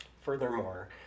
Furthermore